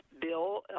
bill